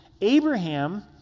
Abraham